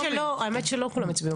האמת שלא כולם הצביעו בעד.